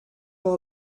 hole